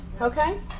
okay